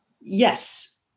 Yes